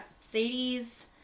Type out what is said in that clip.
Sadie's